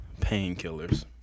painkillers